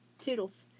toodles